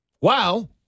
Wow